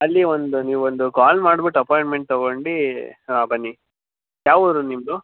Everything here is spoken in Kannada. ಅಲ್ಲಿ ಒಂದು ನೀವು ಒಂದು ಕಾಲ್ ಮಾಡ್ಬಿಟ್ಟು ಅಪಾಯಿಂಟ್ಮೆಂಟ್ ತೊಗೊಂಡು ಹಾಂ ಬನ್ನಿ ಯಾವ ಊರು ನಿಮ್ಮದು